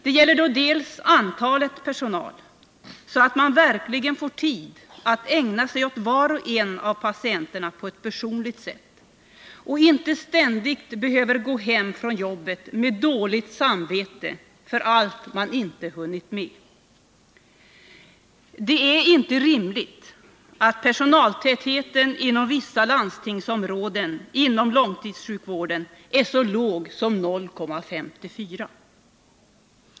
Det krävs bl.a. en ökning av personalantalet, så att personalen verkligen får tid att på ett personligt sätt ägna sig åt var och en av patienterna och inte ständigt behöver gå hem från jobbet med dåligt samvete för allt den inte hunnit med. Det är inte rimligt att personaltätheten inom vissa landstingsområden inom långtidssjukvården är så låg som 0,54.